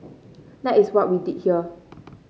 that is what we did here